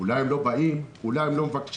אולי הם לא באים, אולי הם לא מבקשים.